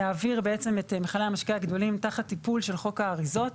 להעביר בעצם את מכלי המשקה הגדולים תחת טיפול של חוק האריזות.